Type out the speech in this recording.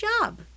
job